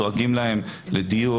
דואגים להם לדיור,